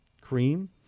Cream